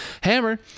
Hammer